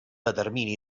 determini